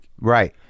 Right